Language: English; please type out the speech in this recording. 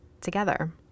together